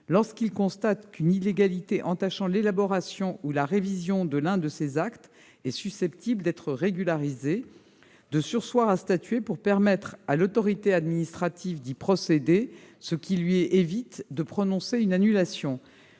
lorsqu'il constate qu'une illégalité entachant l'élaboration ou la révision de l'un de ces actes est susceptible d'être régularisée, de surseoir à statuer pour permettre à l'autorité administrative d'y procéder, ce qui lui évite de prononcer une annulation.